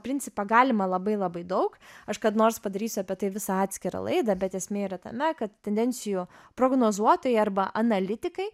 principą galima labai labai daug aš kada nors padarysiu apie tai visą atskirą laidą bet esmė yra tame kad tendencijų prognozuotojai arba analitikai